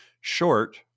short